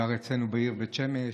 את גרה אצלנו בעיר בית שמש.